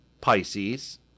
Pisces